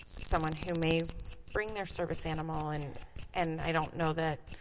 someone who may bring their service animal and and i don't know that